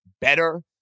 better